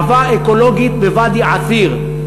חווה אקולוגית בוואדי-עתיר.